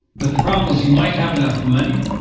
but the problem is you might have enough money,